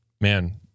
man